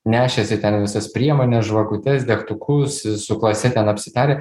nešėsi ten visas priemones žvakutes degtukus su klase ten apsitarę